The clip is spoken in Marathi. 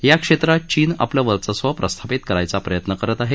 या क्षेत्रात चीन आपलं वर्चस्व प्रस्थापित करायचा प्रयत्न करत आहेत